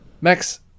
max